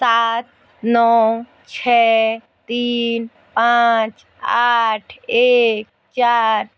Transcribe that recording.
सात नौ छः तीन पाँच आठ एक चार